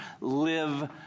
live